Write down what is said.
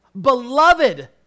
beloved